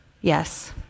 yes